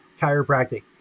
chiropractic